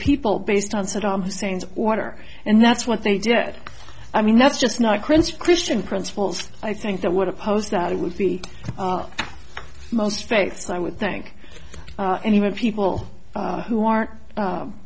people based on saddam hussein's order and that's what they did i mean that's just not prince christian principles i think that would oppose that it would be most faiths i would think and even people who aren't